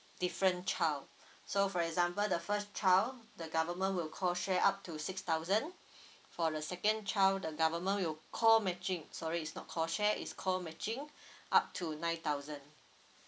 different child so for example the first child the government will co share up to six thousand for the second child the government will co matching sorry is not co share is co matching up to nine thousand